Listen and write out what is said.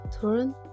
turn